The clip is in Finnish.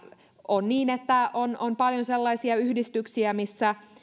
on on paljon sellaisia yhdistyksiä missä